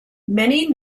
many